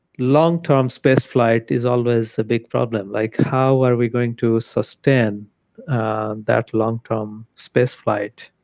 long-term spaceflight is always a big problem, like how are we going to sustain that long-term spaceflight?